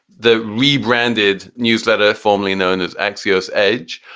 the rebranded newsletter formerly known as axios edge.